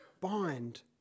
Bind